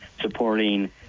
supporting